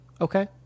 okay